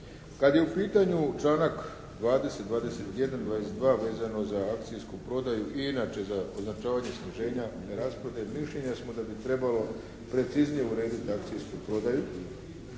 Kad je u pitanju članak 20., 21., 22. vezano za akcijsku prodaju i inače za označavanje sniženja rasprodaje mišljenja smo da bi trebalo preciznije urediti akcijsku prodaju